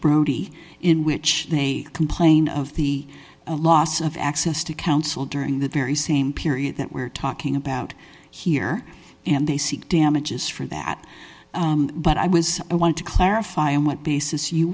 brody in which they complain of the loss of access to counsel during the very same period that we're talking about here and they seek damages for that but i was i want to clarify on what basis you